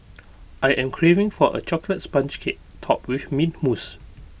I am craving for A Chocolate Sponge Cake Topped with Mint Mousse